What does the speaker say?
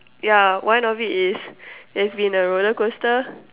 ya one of it is it's been a roller coaster